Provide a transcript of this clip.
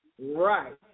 Right